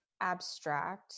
abstract